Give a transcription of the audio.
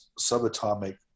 subatomic